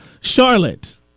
Charlotte